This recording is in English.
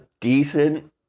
decent